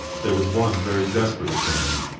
there was one very desperate attempt.